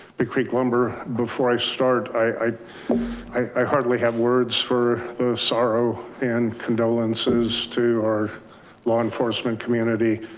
big creek lumber. before i start, i i hardly have words for those sorrow and condolences to our law enforcement community.